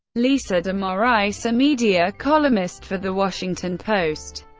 lisa de moraes, a media columnist for the washington post,